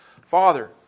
Father